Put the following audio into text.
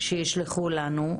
שישלחו לנו.